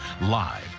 live